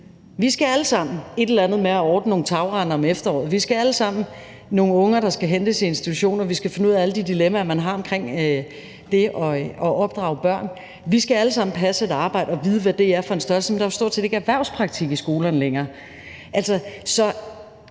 et eller andet med at ordne nogle tagrender om efteråret, vi har alle sammen nogle unger, der skal hentes i institution, og vi skal finde ud af alle de dilemmaer, man har om det at opdrage børn. Vi skal alle sammen passe et arbejde og vide, hvad det er for en størrelse, men der er jo stort set ikke erhvervspraktik i skolerne længere.